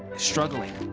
struggling,